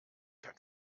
kein